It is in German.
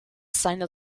seiner